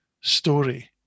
story